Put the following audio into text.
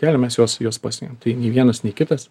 kėlėmės juos juos pasiekėm tai nei vienas nei kitas